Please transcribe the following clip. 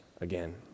again